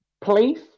police